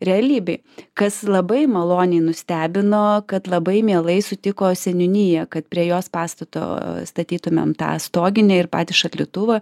realybėj kas labai maloniai nustebino kad labai mielai sutiko seniūnija kad prie jos pastato statytumėm tą stoginę ir patį šaldytuvą